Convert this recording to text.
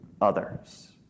others